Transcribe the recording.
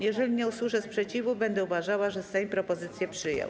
Jeżeli nie usłyszę sprzeciwu, będę uważała, że Sejm propozycje przyjął.